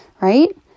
right